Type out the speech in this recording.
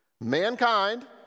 mankind